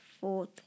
fourth